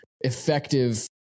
effective